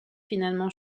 finalement